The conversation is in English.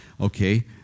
okay